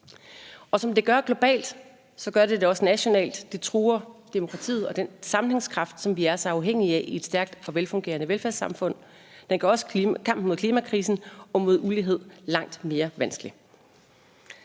Og som det gør globalt, gør det det også en nationalt: Det truer demokratiet og den sammenhængskraft, som vi er så afhængige af i et stærkt og velfungerende velfærdssamfund. Den gør også kampen mod klimakrisen og mod ulighed langt mere vanskelig.